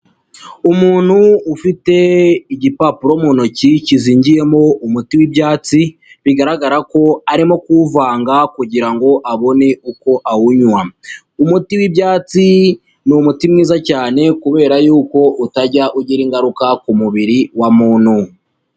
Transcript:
Umuntu ufite igipapuro mu ntoki kizingiyemo umuti wi'ibyatsi, bigaragara ko arimo kuwuvanga kugirango abone uko awunywa, umuti w'ibyatsi ni umuti mwiza cyane kubera y'uko utajya ugira ingaruka ku mubiri wa muntu.